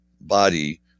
body